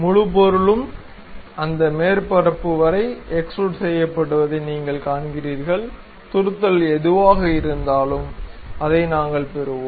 முழு பொருளும் அந்த மேற்பரப்பு வரை எக்ஸ்டுரூட் செய்ய்யப்படுவதை நீங்கள் காண்கிறீர்கள் துருத்தள் எதுவாக இருந்தாலும் அதை நாங்கள் பெறுவோம்